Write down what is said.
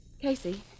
Casey